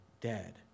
dead